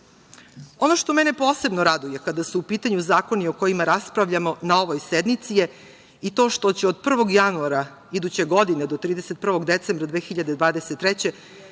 što mene posebno raduje kada su u pitanju zakoni o kojima raspravljamo na ovoj sednici je i to što će od 1. januara iduće godine do 31. decembra 2023.